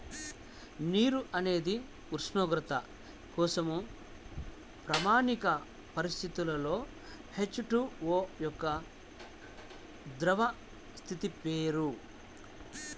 నీరు అనేది ఉష్ణోగ్రత కోసం ప్రామాణిక పరిస్థితులలో హెచ్.టు.ఓ యొక్క ద్రవ స్థితి పేరు